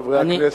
חברי הכנסת,